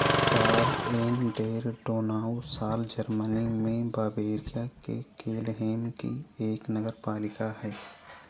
साल an der Donau Saal Germany में Bavaria के केलहेम की एक नगरपालिका है